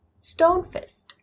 Stonefist